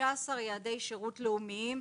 15 יעדי שירות לאומיים,